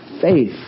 faith